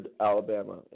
Alabama